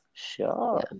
Sure